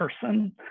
person